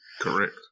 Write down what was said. Correct